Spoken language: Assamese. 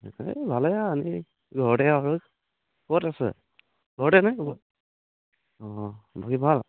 এই ভালেই ঘৰতে আৰু ক'ত আছে ঘৰতে নে ক'ত অঁ বাকী ভাল